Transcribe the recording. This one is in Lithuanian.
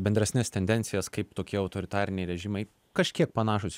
bendresnes tendencijas kaip tokie autoritariniai režimai kažkiek panašūs